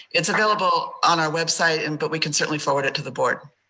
it's available on our website, and but we can certainly forward it to the board.